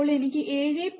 അപ്പോൾ എനിക്ക് 7